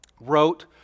wrote